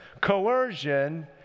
coercion